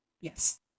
Yes